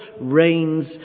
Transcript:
reigns